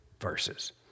verses